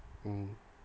mm